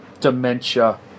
dementia